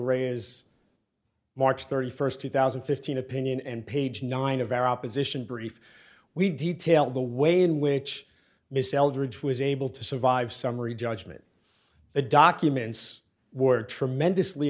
ray is march thirty first two thousand and fifteen opinion and page nine of our opposition brief we detail the way in which mrs eldridge was able to survive summary judgment the documents were tremendously